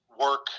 work